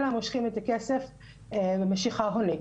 אלא מושכים את הכסף משיכה הונית.